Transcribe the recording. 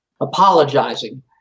apologizing